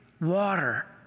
water